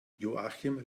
joachim